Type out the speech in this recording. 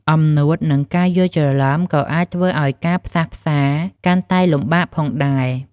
អំណួត និងការយ់ច្រឡំក៏អាចធ្វើឱ្យការផ្សះផ្សាកាន់តែលំបាកផងដែរ។